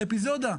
לאפיזודה.